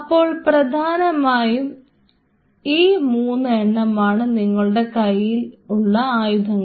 അപ്പോൾ പ്രധാനമായും ഈ 3 എണ്ണമാണ് നിങ്ങളുടെ കയ്യിലുള്ള ആയുധങ്ങൾ